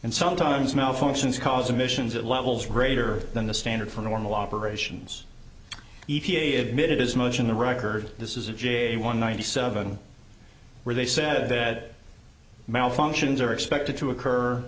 and sometimes malfunctions cause emissions at levels greater than the standard for normal operations e t a admitted as much in the record this is a j one ninety seven where they said that malfunctions are expected to occur